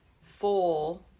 full